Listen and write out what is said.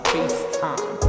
FaceTime